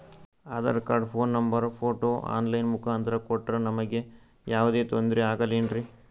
Aadhaar card, phone number, photo online ಮುಖಾಂತ್ರ ಕೊಟ್ರ ನಮಗೆ ಯಾವುದೇ ತೊಂದ್ರೆ ಆಗಲೇನ್ರಿ?